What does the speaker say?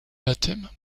baptêmes